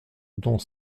dont